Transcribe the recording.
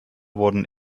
wurden